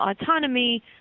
autonomy